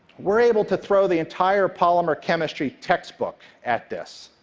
we're able to throw the entire polymer chemistry textbook at this,